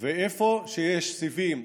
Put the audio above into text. איפה שיש סיבים,